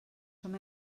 són